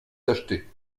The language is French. tachetée